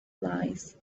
lies